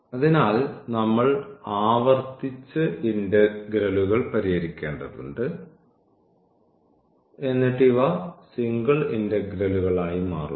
അതിനാൽ നമ്മൾ ആവർത്തിച്ച് ഇന്റഗ്രലുകൾ പരിഹരിക്കേണ്ടതുണ്ട് എന്നിട്ട് ഇവ സിംഗിൾ ഇന്റഗ്രലുകളായി മാറുന്നു